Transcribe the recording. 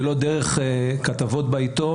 ולא דרך כתבות בעיתון,